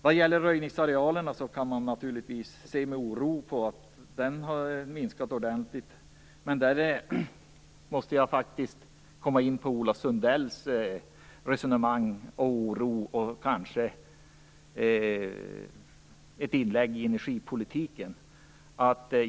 Vad gäller röjningsarealerna kan man naturligtvis se med oro på att de har minskat ordentligt. I det sammanhanget måste jag ta upp Ola Sundells oro och hans resonemang, som kanske var ett inlägg i energipolitiken.